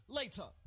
later